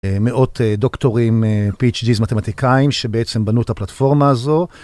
מאות דוקטורים, PhD's מתמטיקאים שבעצם בנו את הפלטפורמה הזו.